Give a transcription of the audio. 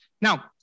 Now